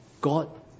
God